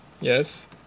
Yes